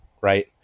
right